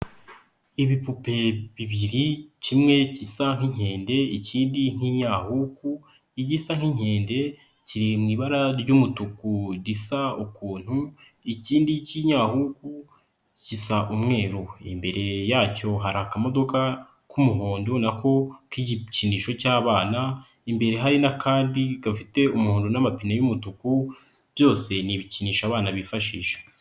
Ibipupe bibiri kimwe gisa nk'inkende ikindi nk'inyahuku, igisa nk'inkende kiri mu ibara ry'umutuku gisa ukuntu ikindi k'inyahuku gisa umweru imbere yacyo hari akamodoka k'umuhondo nako k'igikinisho cy'abana imbere hari n'akandi gafite umuhondo n'amapine y'umutuku byose ni ibikinisho abana bifashisha.